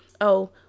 Oh